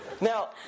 Now